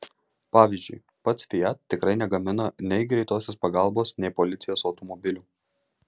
pavyzdžiui pats fiat tikrai negamina nei greitosios pagalbos nei policijos automobilių